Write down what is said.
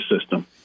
system